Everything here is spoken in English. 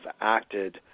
acted